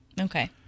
Okay